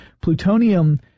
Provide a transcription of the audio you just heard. Plutonium